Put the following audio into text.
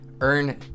earn